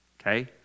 okay